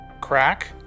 crack